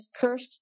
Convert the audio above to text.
cursed